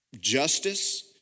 justice